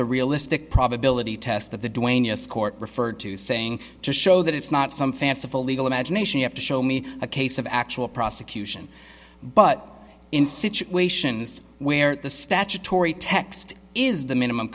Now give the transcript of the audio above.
the realistic probability test of the doing us court referred to saying to show that it's not some fanciful legal imagination enough to show me a case of actual prosecution but in situations where the statutory text is the minimum